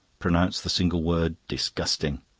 pronounce the single word disgusting!